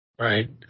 Right